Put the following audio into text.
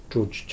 czuć